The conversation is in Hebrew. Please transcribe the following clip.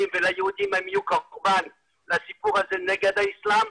והיהודים הם יהיו קורבן לסיפור הזה נגד האיסלם.